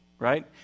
right